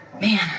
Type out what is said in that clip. Man